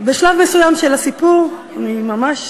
בשלב מסוים של הסיפור, אני ממש